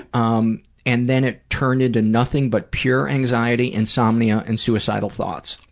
um and then it turned into nothing, but pure anxiety, insomnia and suicidal thoughts.